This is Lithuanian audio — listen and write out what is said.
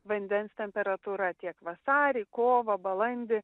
vandens temperatūra tiek vasarį kovą balandį